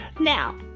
Now